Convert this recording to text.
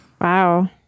Wow